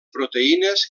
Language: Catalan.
proteïnes